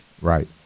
Right